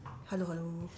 hello hello